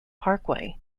parkway